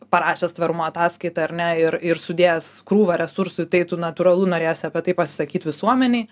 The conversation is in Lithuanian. parašęs tvarumo ataskaitą ar ne ir ir sudėjęs krūvą resursų tai tu natūralu norėsi apie tai pasisakyt visuomenei